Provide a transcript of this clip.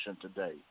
today